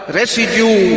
residue